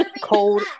cold